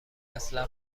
اصلا